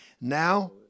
Now